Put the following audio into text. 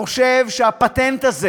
הפטנט הזה